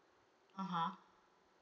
(uh huh)